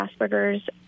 Asperger's